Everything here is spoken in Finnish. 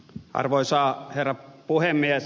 arvoisa herra puhemies